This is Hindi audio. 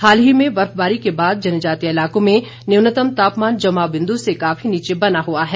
हाल ही में बर्फबारी के बाद जनजातीय इलाकों में न्यूनतम तापमान जमाव बिंदु से काफी नीचे बना हुआ है